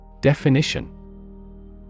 Definition